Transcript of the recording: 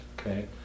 okay